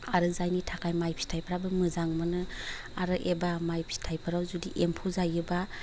आरो जायनि थाखाय माय फिथायफ्राबो मोजां मोनो आरो एबा माय फिथाइफ्राव जुदि एम्फौ जायोबा